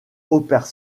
opère